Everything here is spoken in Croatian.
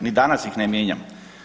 Ni danas ih ne mijenjam.